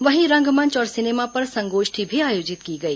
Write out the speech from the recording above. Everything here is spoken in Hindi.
वहीं रंगमंच और सिनेमा पर संगोष्ठी भी आयोजित की गई